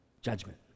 judgment